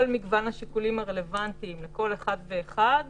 מגוון השיקולים הרלוונטיים לכל אחד ואחד